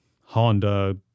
Honda